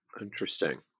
Interesting